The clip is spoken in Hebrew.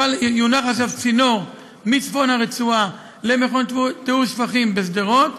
יונח עכשיו צינור מצפון הרצועה למכון טיהור שפכים בשדרות,